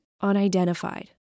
unidentified